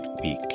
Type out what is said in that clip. week